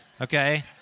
Okay